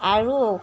আৰু